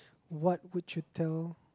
what would you tell